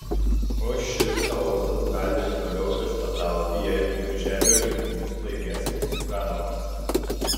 o šis chaosas gali ir toliau viešpatauti jeigu birželio rinkimus laimės ziuganovas